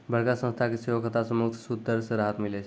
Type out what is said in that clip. बड़का संस्था के सेहो खतरा से मुक्त सूद दर से राहत मिलै छै